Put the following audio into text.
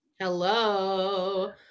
Hello